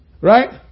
Right